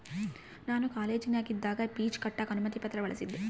ನಾನು ಕಾಲೇಜಿನಗಿದ್ದಾಗ ಪೀಜ್ ಕಟ್ಟಕ ಅನುಮತಿ ಪತ್ರ ಬಳಿಸಿದ್ದೆ